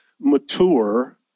mature